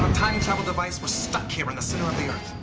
time travel device we're stuck here in the center of the earth,